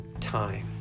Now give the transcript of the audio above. Time